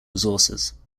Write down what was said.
resources